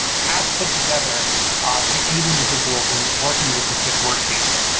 have put together to aid individuals in working with the sift workstation.